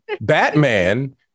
Batman